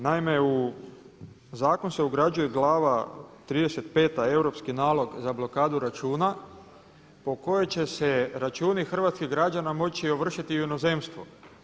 Naime, u zakon se ugrađuje Glava 35. – Europski nalog za blokadu računa po kojoj će se računi hrvatskih građana moći ovršiti i u inozemstvu.